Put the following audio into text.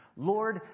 Lord